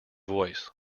voice